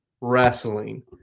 Wrestling